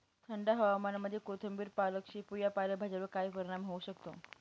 थंड हवामानामध्ये कोथिंबिर, पालक, शेपू या पालेभाज्यांवर काय परिणाम होऊ शकतो?